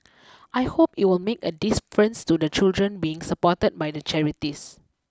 I hope it will make a difference to the children being supported by the charities